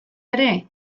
ere